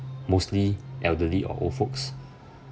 mostly elderly or old folks